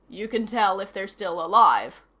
you can tell if they're still alive.